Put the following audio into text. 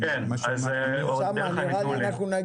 היושב-ראש,